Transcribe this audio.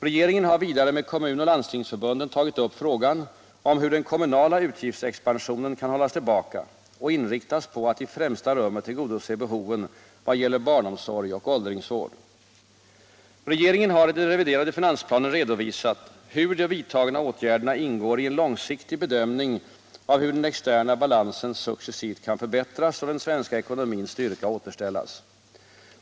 Regeringen har vidare med Kommun och Landstingsförbunden tagit upp frågan om hur den kommunala utgiftsexpansionen kan hållas tillbaka och inriktas på att i främsta rummet tillgodose behoven i vad gäller barnomsorg och åldringsvård. Regeringen har i den reviderade finansplanen redovisat hur de vidtagna åtgärderna ingår i en långsiktig bedömning av hur den externa balansen successivt kan förbättras och den svenska ekonomins styrka återställas.